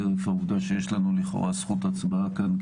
חרף העובדה שיש לנו לכאורה זכות הצבעה כאן,